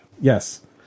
Yes